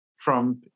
Trump